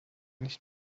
nicht